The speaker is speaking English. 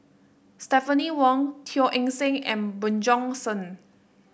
Stephanie Wong Teo Eng Seng and Bjorn Shen